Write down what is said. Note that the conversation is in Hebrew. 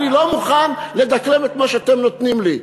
אני לא מוכן לדקלם את מה שאתם נותנים לי,